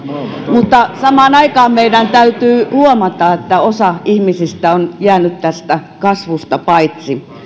mutta samaan aikaan meidän täytyy huomata että osa ihmisistä on jäänyt tästä kasvusta paitsi